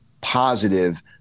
positive